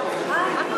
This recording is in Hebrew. מי